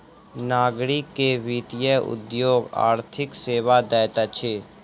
नागरिक के वित्तीय उद्योग आर्थिक सेवा दैत अछि